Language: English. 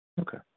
Okay